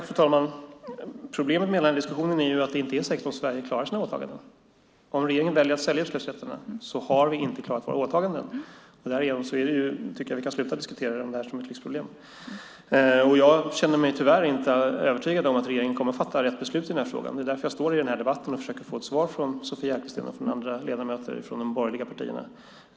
Fru talman! Problemet med hela den här diskussionen är att det inte är säkert att Sverige klarar sina åtaganden. Om regeringen väljer att sälja utsläppsrätterna har vi inte klarat våra åtaganden. Därigenom tycker jag att vi kan sluta diskutera det här som ett lyxproblem. Jag känner mig tyvärr inte övertygad om att regeringen kommer att fatta rätt beslut i den här frågan. Det är därför jag står i den här debatten och försöker få ett svar från Sofia Arkelsten och andra ledamöter från de borgerliga partierna.